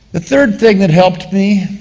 the third thing that helped me